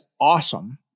awesome